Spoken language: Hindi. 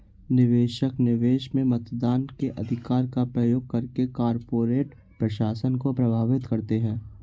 निवेशक, निवेश में मतदान के अधिकार का प्रयोग करके कॉर्पोरेट प्रशासन को प्रभावित करते है